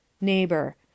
Neighbor